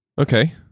Okay